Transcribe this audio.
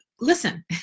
Listen